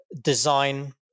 design